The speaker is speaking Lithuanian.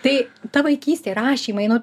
tai ta vaikystė rašymai nu